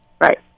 Right